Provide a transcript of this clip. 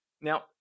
Now